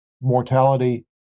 mortality